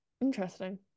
Interesting